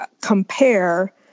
compare